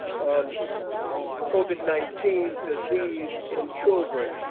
of covid nineteen disease in children,